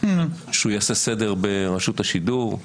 שהוא יעשה סדר ברשות השידור.